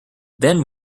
then